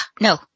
no